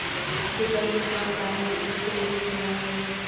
सिंचाई छिड़काव में पानी नेटवर्क के जरिये फैलावल जाला